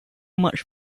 much